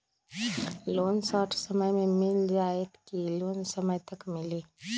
Loan short समय मे मिल जाएत कि लोन समय तक मिली?